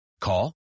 Call